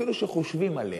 אפילו שחושבים עליה,